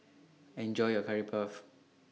Enjoy your Curry Puff